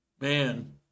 Man